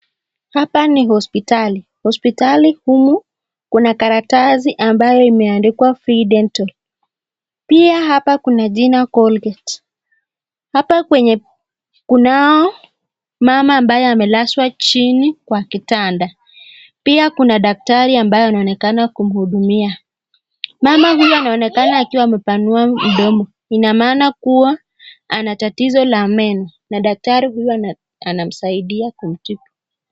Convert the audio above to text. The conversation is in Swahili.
Hapa ni hospitali hospitali humu kuna karatasi ambayo imeandikwa free dental pia hapa kuna jina colgate .Kuna mama ambaye amelala chini ,pia kunadaktari ambaye anaoenkana kumuhudumia. Mama huyu anaonekana akiwa amepanua mdomo. Inamaana kuwa anatatizo la meno na daktari huyu anamsaidia kumtibu.